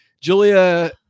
Julia